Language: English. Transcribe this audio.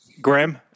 Graham